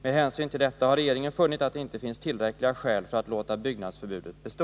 Med hänsyn till detta har regeringen funnit att det inte finns tillräckliga skäl för att låta byggnadsförbudet bestå.